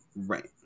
right